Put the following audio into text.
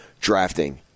drafting